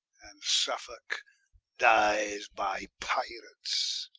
and suffolke dyes by pyrats.